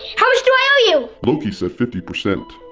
how much do i owe you? loki said fifty percent.